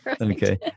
okay